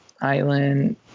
Island